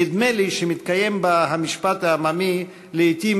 נדמה לי שמתקיים בה המשפט העממי: לעתים